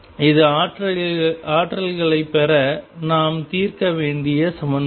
இது ஆற்றல்களைப் பெற நாம் தீர்க்க வேண்டிய சமன்பாடு